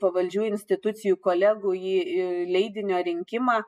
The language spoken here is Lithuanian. pavaldžių institucijų kolegų į leidinio rinkimą